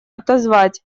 отозвать